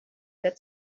that